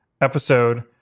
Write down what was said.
episode